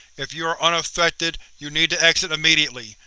if you are unaffected, you need to exit immediately.